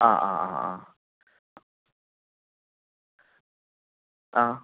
ആ ആ ആ ആ ആ